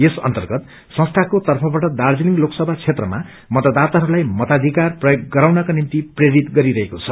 यस अर्न्तगत संख्याको तर्फवाट दार्जीलिङ लोकसभा क्षेत्रमा मतदाताहरूलाई मताधिकार प्रयोग गराउनका निम्ति प्रेरित गरीरहेको छ